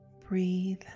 Breathe